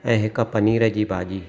ऐं हिक पनीर जी भाॼी